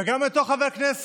וגם את אותו חבר כנסת,